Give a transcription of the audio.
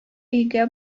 өйгә